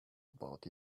about